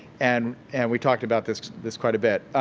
and and we talked about this this quite a bit.